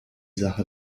sache